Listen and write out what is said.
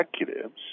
executives